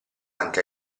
anche